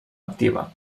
activa